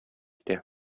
итә